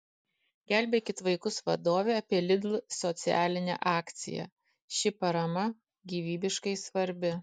gelbėkit vaikus vadovė apie lidl socialinę akciją ši parama gyvybiškai svarbi